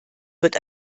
wird